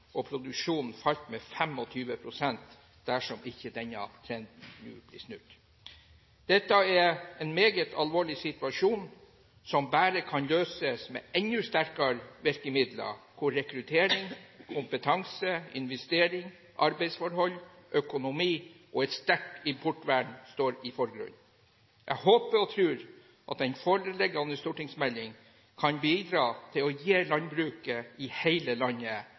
og at produksjonen vil falle med 25 pst. dersom ikke denne trenden nå blir snudd. Dette er en meget alvorlig situasjon som bare kan løses med enda sterkere virkemidler, hvor rekruttering, kompetanse, investering, arbeidsforhold, økonomi og et sterkt importvern står i forgrunnen. Jeg håper og tror at den foreliggende stortingsmelding kan bidra til å gi landbruket i hele landet